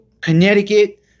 Connecticut